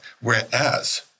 Whereas